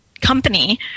company